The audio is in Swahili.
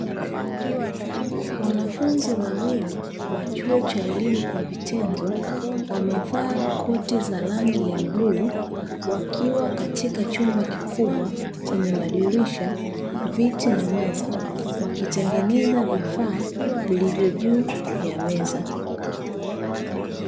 Wanafunzi wawili wa chuo cha elimu kwa vitendo wamevaa koti za rangi ya bluu wakiwa katika chumba kikubwa chenye madirisha, viti na meza wakitengeneza vifaa vilivyo juu ya meza .